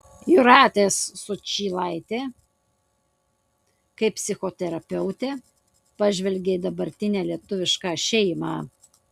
jūratės sučylaitė kaip psichoterapeutė pažvelgė į dabartinę lietuvišką šeimą